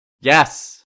Yes